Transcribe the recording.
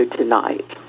tonight